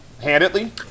Handedly